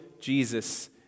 Jesus